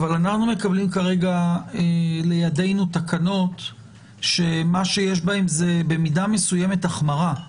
אבל אנחנו מקבלים כרגע לידינו תקנות שיש בהן במידה מסוימת החמרה,